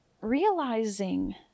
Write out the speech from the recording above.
realizing